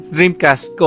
Dreamcast